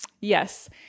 Yes